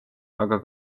aga